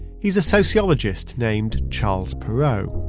he's a sociologist named charles perrow,